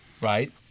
right